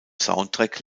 soundtrack